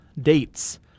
dates